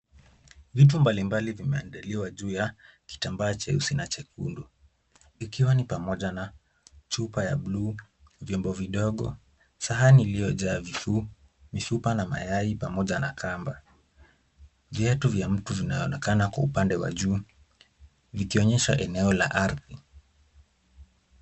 Vitu mbalimbali vimeandaliwa juu ya kitambaa cheusi na chekundu . Ikiwa ni pamoja na chupa ya bluu , vyombo vidogo , sahani iliyojaa vifupa na mayai pamoja na kamba . Viatu vya mtu vinaonekana kwa upande wa juu vikionyesha eneo la ardhi .